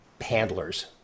handlers